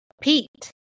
pete